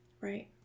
right